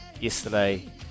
yesterday